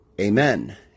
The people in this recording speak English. amen